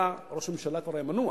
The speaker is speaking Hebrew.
ראש הממשלה כבר היה מנוע